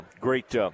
great